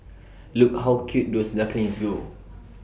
look how cute those ducklings go